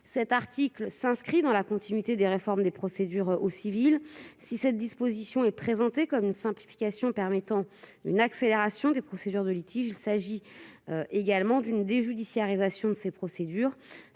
L'article s'inscrit dans la continuité des réformes des procédures au civil. Si cette disposition est présentée comme une simplification permettant une accélération des règlements de litiges, il s'agit également d'une déjudiciarisation des procédures.